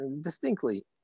distinctly